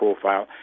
profile